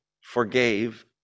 forgave